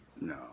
No